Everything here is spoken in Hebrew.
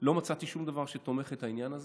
לא מצאתי שום דבר שתומך את העניין הזה.